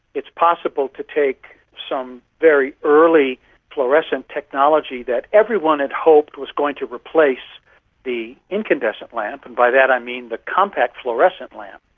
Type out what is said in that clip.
it's possible to take some very early fluorescent technology that everyone had hoped was going to replace the incandescent lamp, and by that i mean the compact fluorescent lamp,